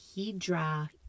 Hydra